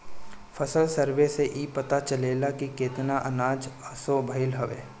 फसल सर्वे से इ पता चलेला की केतना अनाज असो भईल हवे